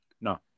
No